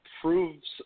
proves